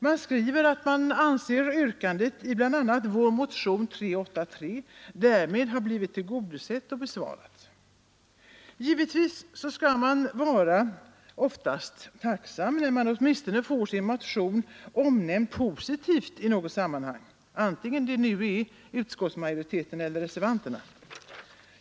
Man skriver att man anser att yrkandet i bl.a. vår motion nr 383 därmed blivit tillgodosett och besvarat. Givetvis skall man oftast vara tacksam när man åtminstone får sin motion omnämnd i positivt sammanhang, antingen det nu är av utskottsmajoriteten eller av reservanterna.